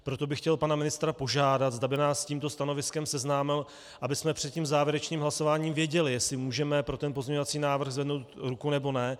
Proto bych chtěl pana ministra požádat, zda by nás s tímto stanoviskem seznámil, abychom před závěrečným hlasováním věděli, jestli můžeme pro ten pozměňovací návrh zvednout ruku, nebo ne.